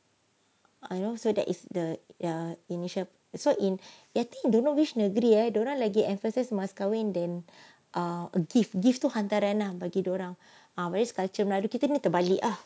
ah you know so that is the the initial so in ya I think in don't know which negeri ya dia orang lagi emphasise mas kahwin then a gift gift tu hantaran lah bagi dia orang ah that is culture melayu kita ni terbalik ah